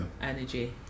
Energy